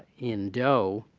in dow,